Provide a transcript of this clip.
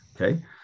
Okay